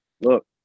look